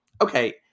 okay